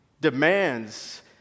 demands